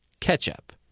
ketchup